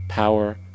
power-